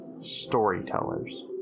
storytellers